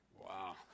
Wow